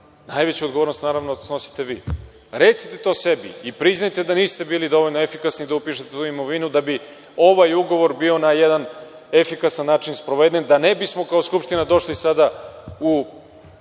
najveću odgovornost, naravno, snosite vi. Recite to sebi i priznajte da niste bili dovoljno efikasni da upišete tu imovinu, da bi ovaj ugovor bio na jedan efikasan način sproveden, da ne bismo, kao Skupština, došli sada,